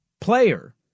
player